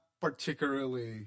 particularly